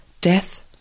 death